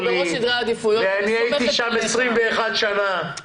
אני הייתי שם 21 שנים.